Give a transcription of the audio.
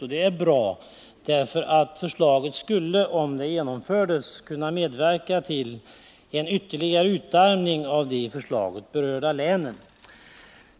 Och det är bra, därför att förslaget skulle, om det genomfördes, kunna medverka till en ytterligare utarmning av de i förslaget berörda länen.